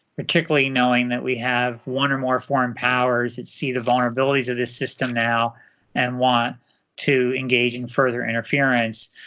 particularly knowing that we have one or more foreign powers that see the vulnerabilities of this system now and want to engage in further interference.